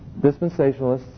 dispensationalists